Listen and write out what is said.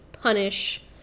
punish